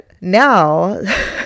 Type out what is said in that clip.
Now